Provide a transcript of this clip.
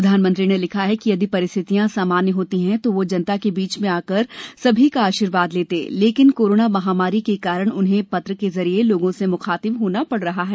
प्रधानमंत्री ने लिखा है कि यदि परिस्थितियां सामान्य होती तो वह जनता के बीच में आकर सभी का आशीर्वाद लेते लेकिन कोरोना महामारी के कारण उन्हें पत्र के जरिये लोगों से म्खातिब होना पड़ रहा है